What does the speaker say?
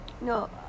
No